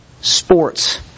sports